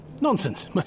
Nonsense